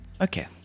okay